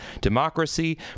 democracy